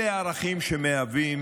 אלה ערכים שמהווים,